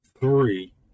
three